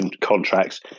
contracts